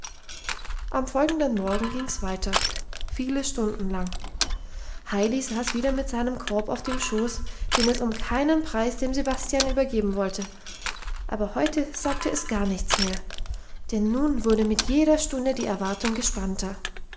am folgenden morgen ging's weiter viele stunden lang heidi saß wieder mit seinem korb auf dem schoß den es um keinen preis dem sebastian übergeben wollte aber heute sagte es gar nichts mehr denn nun wurde mit jeder stunde die erwartung gespannter